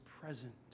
present